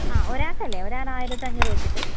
ആ ഒരാൾക്ക് അല്ലെ ഒരാൾ ആയിരത്തി അഞ്ഞൂറ് വച്ചിട്ട്